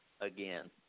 again